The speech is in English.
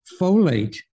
folate